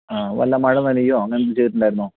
ആ വല്ല മഴ നനയുകയോ അങ്ങനെ എന്തെങ്കിലും ചെയ്തിട്ടുണ്ടായിരുന്നോ